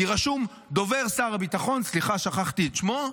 כי רשום "דובר שר הביטחון" סליחה, שכחתי את שמו.